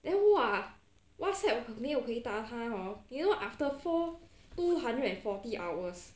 then !wah! whatsapp 没有回答他 hor you know after four two hundred and forty hours